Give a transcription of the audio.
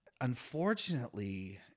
unfortunately